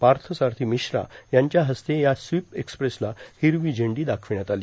path Sarathi ांमश्रा यांच्या हस्ते या स्वीप एक्स्प्रेसला र्हिरवी झडी दार्खावण्यात आली